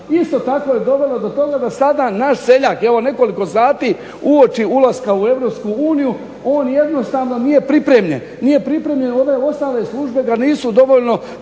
isto tako je dovelo do toga da sada naš seljak evo nekoliko sati uoči ulaska u EU on jednostavno nije pripremljen, nije pripremljen i one ostale službe ga nisu dovoljno